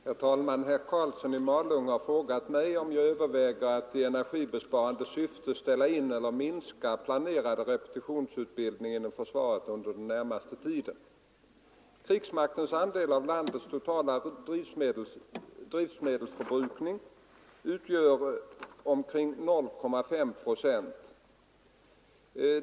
Herr talman! Herr Karlsson i Malung har frågat mig om jag överväger att i energibesparande syfte ställa in eller minska planerad repetitionsutbildning inom försvaret under den närmaste tiden. Krigsmaktens andel av landets totala drivmedelsförbrukning utgör omkring 0,5 procent.